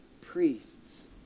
priests